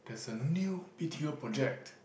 there's a new B_T_O project